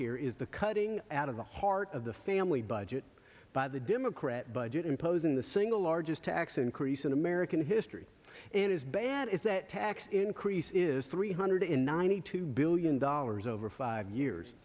here is the cutting out of the heart of the family budget by the democrat budget imposing the single largest tax increase in american history and as bad as that tax increase is three hundred ninety two billion dollars over five years